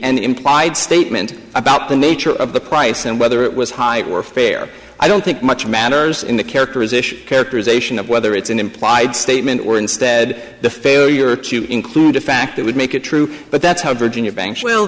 an implied statement about the nature of the price and whether it was high it were fair i don't think much matters in the characterization characterization of whether it's an implied statement or instead the failure to include a fact that would make it true but that's how virgin your banks will